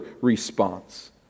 response